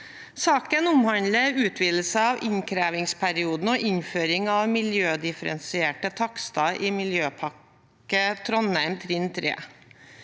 Saken omhandler utvidelse av innkrevingsperioden og innføring av miljødifferensierte takster i Miljøpakke Trondheim trinn 3.